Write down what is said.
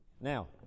Now